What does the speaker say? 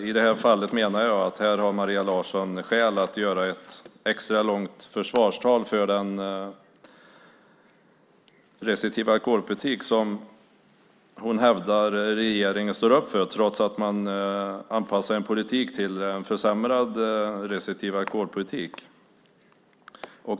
I det här fallet menar jag dock att Maria Larsson har skäl att hålla ett extra långt försvarstal för den restriktiva alkoholpolitik som hon hävdar att regeringen står upp för, trots att man anpassar sig till en mindre restriktiv alkoholpolitik.